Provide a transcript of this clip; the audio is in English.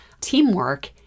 teamwork